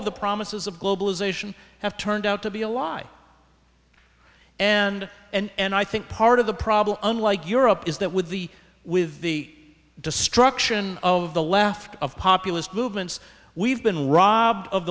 of the promises of globalization have turned out to be a lie and and i think part of the problem unlike europe is that with the with the destruction of the left of populist movements we've been rob